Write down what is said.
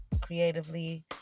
creatively